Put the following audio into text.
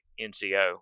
NCO